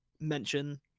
mention